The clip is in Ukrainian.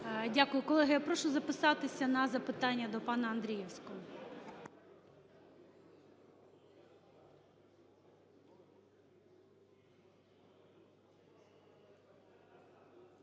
Дякую. Колеги, прошу записатися на запитання до пана Андрієвського.